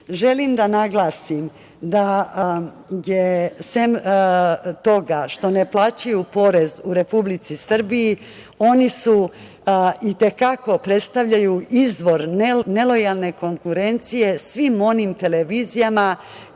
da naglasim da, sem toga što ne plaćaju porez u Republici Srbiji, oni i te kako predstavljaju izvor nelojalne konkurencije svim onim televizijama